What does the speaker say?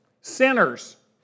sinners